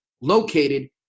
located